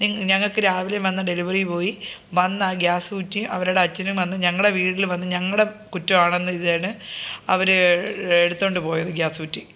ഞങ്ങള്ക്ക് രാവിലെ വന്ന ഡെലിവറി ബോയി വന്നാ ഗ്യാസ് കുറ്റി അവരുടെ അച്ഛനും വന്ന് ഞങ്ങളുടെ വീട്ടില് വന്ന് ഞങ്ങളുടെ കുറ്റമാണെന്ന് ഇതാണ് അവര് എടുത്തുകൊണ്ടുപോയത് ഗ്യാസ് കുറ്റി